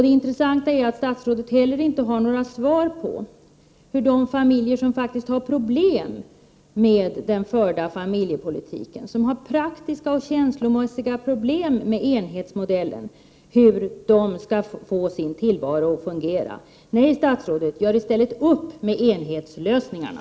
Det intressanta är att statsrådet heller inte har några svar på hur de familjer som faktiskt har problem med den förda familjepolitiken, de som har praktiska och känslomässiga problem med enhetsmodellen, skall få sin tillvaro att fungera. Nej, statsrådet, gör i stället upp med enhetslösningarna.